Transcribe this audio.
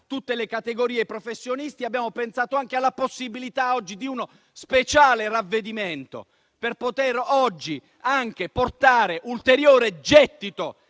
tutte le categorie e i professionisti, abbiamo pensato anche alla possibilità di uno speciale ravvedimento, per poter oggi portare ulteriore gettito